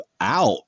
out